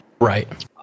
Right